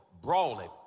brawling